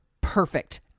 Perfect